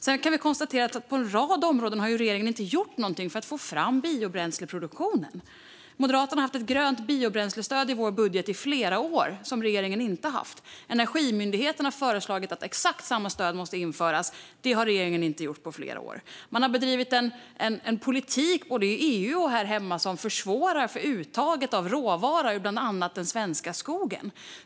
Sedan kan vi konstatera att regeringen på en rad områden inte har gjort någonting för att få upp biobränsleproduktionen. Vi i Moderaterna har haft ett grönt biobränslestöd i vår budget i flera år, vilket regeringen inte har haft. Energimyndigheten har föreslagit att exakt samma stöd ska införas, men det har regeringen inte gjort på flera år. Man har bedrivit en politik både i EU och här hemma som försvårar för uttaget av råvara ur bland annat den svenska skogen.